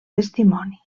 testimoni